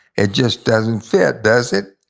it just doesn't fit, does it?